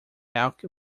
elk